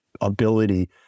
ability